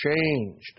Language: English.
changed